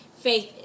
faith